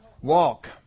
walk